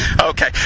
Okay